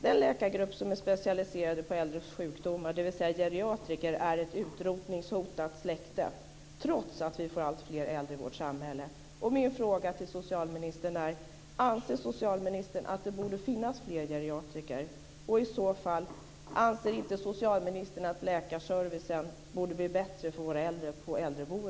Den läkargrupp som är specialiserad på äldres sjukdomar, dvs. geriatriker, är ett utrotningshotat släkte, trots att vi får alltfler äldre i vårt samhälle.